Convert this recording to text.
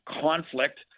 conflict